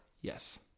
Yes